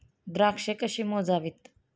द्राक्षे कशी मोजावीत?